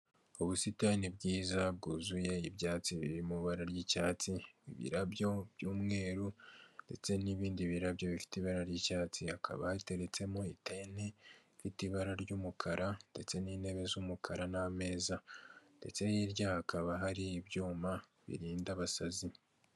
Ubusitani bwiza bwuzuye ibyatsi biri mu ibara ry'icyatsi, ibirabyo by'umweru ndetse n'ibindi birabyo bifite ibara ry'icyatsi, hakaba hateretsemo itene ifite ibara ry'umukara ndetse n'intebe z'umukara n'ameza, ndetse hirya hakaba hari ibyuma birinda abasazi.